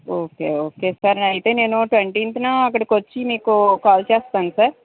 okay okay sir అయితే నేను twentieth అక్కడికి వచ్చి మీకు కాల్ చేస్తాను సార్